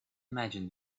imagine